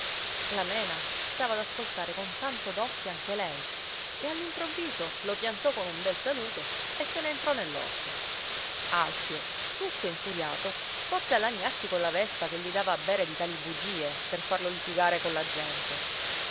la mena stava ad ascoltare con tanto d'occhi anche lei e all'improvviso lo piantò con un bel saluto e se ne entrò nell'orto alfio tutto infuriato corse a lagnarsi colla vespa che gli dava a bere di tali bugie per farlo litigare colla gente